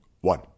one